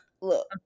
Look